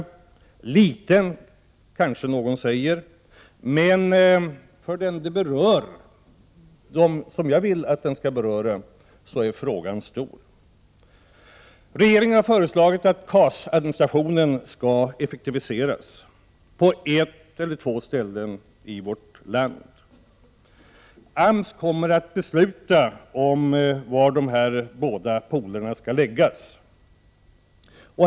Den är liten, kanske någon säger, men för dem som jag vill att den skall beröra är frågan stor. Regeringen har föreslagit att KAS-administrationen skall effektiviseras på ett eller två ställen i landet. AMS kommer att besluta om var dessa båda poler skall förläggas.